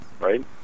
right